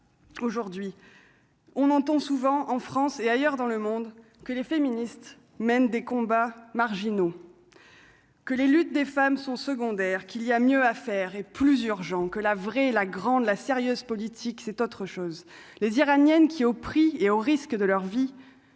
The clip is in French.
aujourd'hui, on entend souvent, en France et ailleurs dans le monde que les féministes mènent des combats marginaux que les luttes des femmes sont secondaires qu'il y a mieux à faire, et plusieurs gens que la vraie, la grande la sérieuse politique, c'est autre chose, les Iraniennes qui, au prix et au risque de leur vie